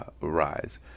rise